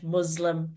Muslim